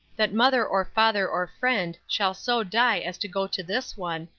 that mother or father or friend shall so die as to go to this one,